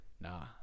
nah